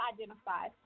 identify